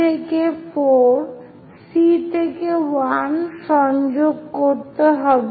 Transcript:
C থেকে 4 C থেকে 1 সংযোগ করতে হবে